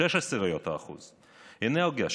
0.6%; אנרגיה,